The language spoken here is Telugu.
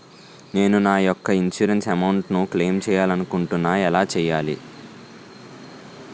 నేను నా యెక్క ఇన్సురెన్స్ అమౌంట్ ను క్లైమ్ చేయాలనుకుంటున్నా ఎలా చేయాలి?